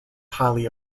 highly